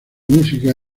música